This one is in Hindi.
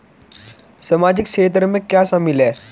सामाजिक क्षेत्र में क्या शामिल है?